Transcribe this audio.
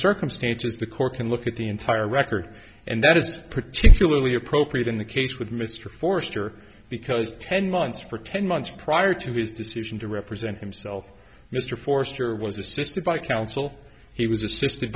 circumstances the court can look at the entire record and that is particularly appropriate in the case with mr forster because ten months for ten months prior to his decision to represent himself mr forrester was assisted by counsel he was assisted